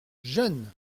jeune